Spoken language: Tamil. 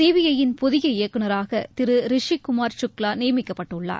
சிபிஐ யின் புதிய இயக்குனராக திரு ரிஷி குமார் சுக்லா நியமிக்கப்பட்டுள்ளார்